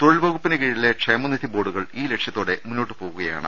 തൊഴിൽ വകുപ്പിന് കീഴിലെ ക്ഷേമനിധി ബോർഡുകൾ ഈ ലക്ഷ്യ ത്തോടെ മുന്നോട്ടു പോവുകയാണ്